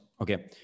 Okay